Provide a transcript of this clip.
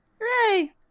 Hooray